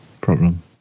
problem